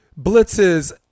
blitzes